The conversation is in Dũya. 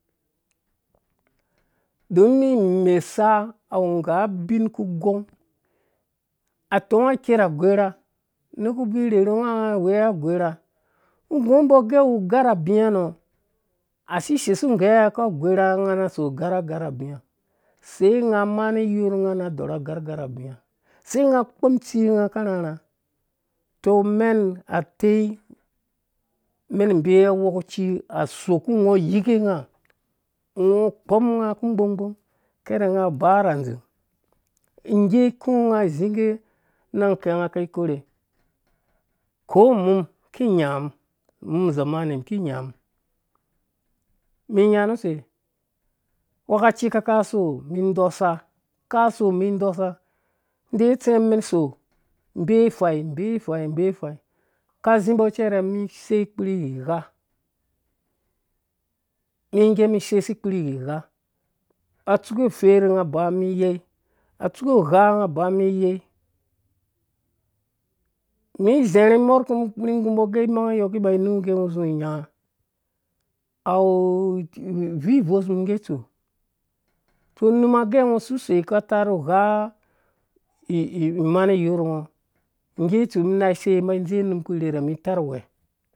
non imesa awu ngga ubin ku going atɔnga ikerh agorha neku vi rherhu ngɔ nga aweya ubin a gooha ngo gu mbo gɛ awu ugar abia noɔ asi seisu ngge ku agorha na so agar h garha abia sei nga mani iyorh nga na so agarh garha abia sei nga mani iyorh nga na so agarh bia sai ngɔ kpɔm tsingɔ ka rharha umen umem atiɛi mɛn ibea awherehkaci asok ngo yiko ngu ku gbong bbong karh nga baa ra zing ngga ku nga zinnga anang kɛ anga aka korhe ko. mum kinga mum mum uzami ki nya mum mi nya nu sei agwhekaci ka kaso mi dosa kaso mi dɔsa ndeiwe utsɛ mum men ibea ifai ka zimbo cɛrɛ mi sei kurhi gha ngga mum sei kpurhi gha atsuke ufer nga ba mi yei a tsuke ugha ngaba mi yei nu zarha imowurkpirhi nggu mgo gɛ imeang. yɔ zi nynga awu vivoish mum ngga tsu unum agɛ ngɔ sisei kata nu gha imani yɔrh ngɔ ngge tsu mum na sei mba dze unum kpu rhirha mum itarh uwe,